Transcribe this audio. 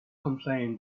complain